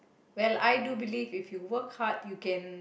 well I do believe if you work hard you can